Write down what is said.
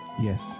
Yes